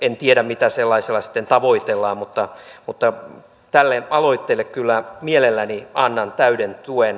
en tiedä mitä sellaisella sitten tavoitellaan mutta tälle aloitteelle kyllä mielelläni annan täyden tuen